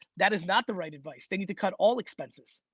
that is not the right advice. they need to cut all expenses.